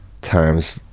times